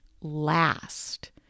last